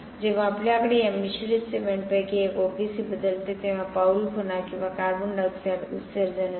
जेव्हा आपल्याकडे या मिश्रित सिमेंटपैकी एक ओपीसी बदलते तेव्हा पाऊलखुणा किंवा कार्बन डायॉक्साइड उत्सर्जन असते